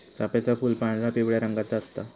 चाफ्याचा फूल पांढरा, पिवळ्या रंगाचा असता